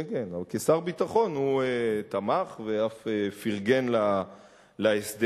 כן, כשר הביטחון הוא תמך, ואף פרגן להסדר.